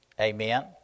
Amen